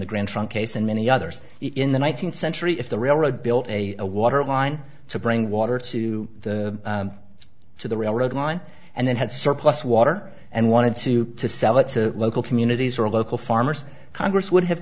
the grand trunk case and many others in the one nine hundred century if the railroad built a a water line to bring water to the to the railroad line and then had surplus water and wanted to to sell it to local communities or local farmers congress would have